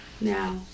Now